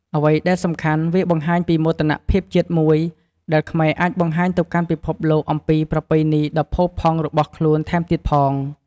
អ្វីដែលសំខាន់ វាបង្ហាញពី មោទនភាពជាតិ មួយដែលខ្មែរអាចបង្ហាញទៅកាន់ពិភពលោកអំពីប្រពៃណីដ៏ល្អផូរផង់របស់ខ្លួនថែមទៀតផង។